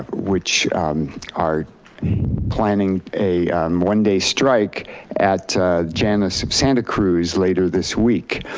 which are planning a one day strike at janus of santa cruz later this week.